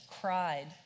cried